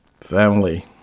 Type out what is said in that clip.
family